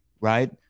right